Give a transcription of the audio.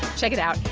check it out.